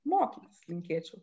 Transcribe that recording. mokinius linkėčiau